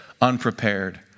Unprepared